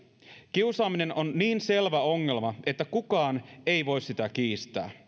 kiusaaminen on niin selvä ongelma että kukaan ei voi sitä kiistää